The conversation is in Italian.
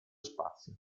spazio